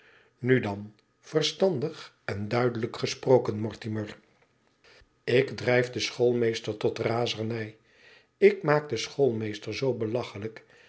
nu dan verstandig en duidelijk gesproken mortimer ik drijf den schoolmeester tot razernij ik maak den schoolmeester zoo belachelijk